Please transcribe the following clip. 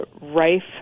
rife